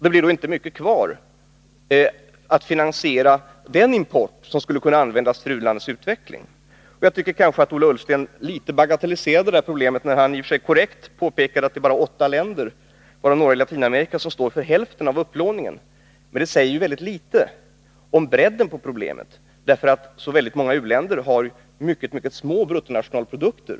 Det blir då inte mycket kvar att finansiera den import som skulle kunna användas för u-landets utveckling. Jag tror att Ola Ullsten kanske litet bagatelliserade det problemet när han i och för sig korrekt påpekade att det bara är åtta länder, varav några i Latinamerika, som står för hälften av upplåningen. Det säger väldigt litet om bredden på problemet, eftersom så många u-länder har mycket, mycket små bruttonationalprodukter.